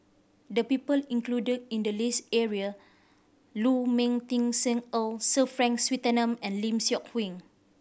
the people included in the list area Lu Ming Teh Sir Frank Swettenham and Lim Seok Hui